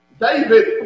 David